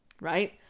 right